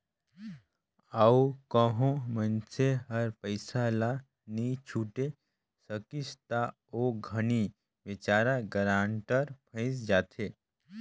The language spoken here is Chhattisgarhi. अउ कहों मइनसे हर पइसा ल नी छुटे सकिस ता ओ घनी बिचारा गारंटर फंइस जाथे